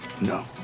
No